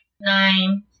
Nine